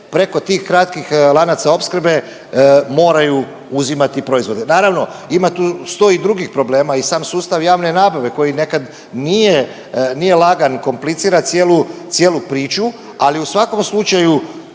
preko tih kratkih lanaca opskrbe moraju uzimati proizvode. Naravno ima tu sto i drugih problema i sam sustav javne nabave koji nekad nije lagan, komplicira cijelu priču, ali u svakom slučaju